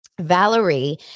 Valerie